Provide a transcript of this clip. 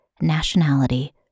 nationality